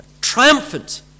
triumphant